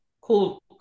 Cool